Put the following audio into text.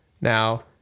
Now